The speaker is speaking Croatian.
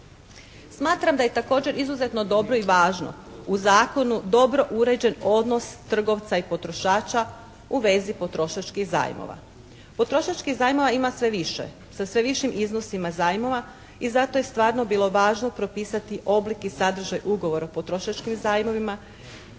Smatram da je također izuzetno dobro i važno u zakonu dobro određen odnosno trgovca i potrošača u vezi potrošačkih zajmova. Potrošačkih zajmova ima sve više. Sa sve višim iznosima zajmova i zato je stvarno bilo važno i propisati oblik i sadržaj ugovora o potrošačkim zajmovima